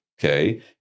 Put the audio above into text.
okay